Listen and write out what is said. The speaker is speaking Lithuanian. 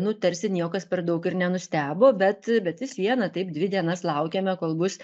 nu tarsi niekas per daug ir nenustebo bet bet vis viena taip dvi dienas laukėme kol bus